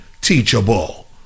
teachable